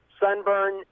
sunburn